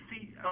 see